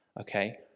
okay